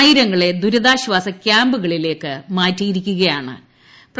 ആയിരങ്ങളെ ദുരിതാശ്വാസ ക്യാമ്പുകളിലേക്ക് മാറ്റിയിട്ടു ്